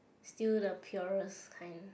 still the purest kind